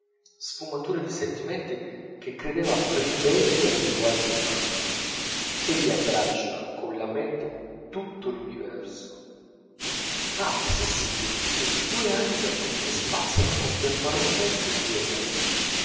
sfumature di sentimenti che credevamo ribelli al linguaggio umano egli abbraccia colla mente tutto l'universo ha se si può dire due anime che spaziano contemporaneamente in due mondi